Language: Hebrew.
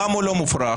למה הוא לא מופרך?